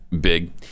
big